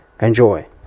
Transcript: enjoy